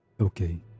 Okay